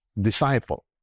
disciple